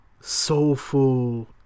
soulful